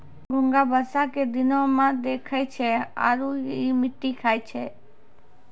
घोंघा बरसा के दिनोॅ में दिखै छै आरो इ मिट्टी खाय छै